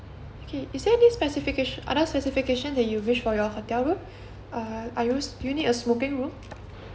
okay is there any specification others specification that you wish for your hotel room are you do you need a smoking room